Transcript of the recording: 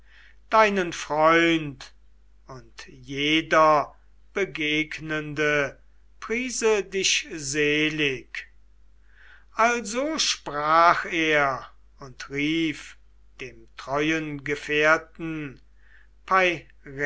deinen freund und jeder begegnende priese dich selig also sprach er und rief dem treuen gefährten